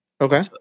Okay